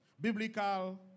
biblical